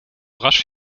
rasch